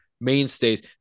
mainstays